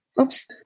Oops